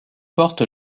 porte